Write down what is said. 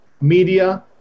Media